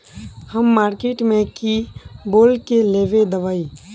हम मार्किट में की बोल के लेबे दवाई?